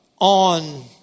on